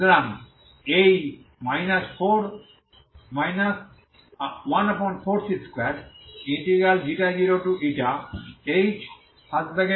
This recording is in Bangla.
সুতরাং এই 14c20hξηdξ